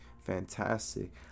fantastic